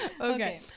Okay